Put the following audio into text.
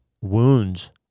wounds